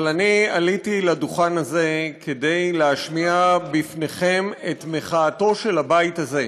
אבל עליתי לדוכן הזה כדי להשמיע בפניכם את המחאה של הבית הזה,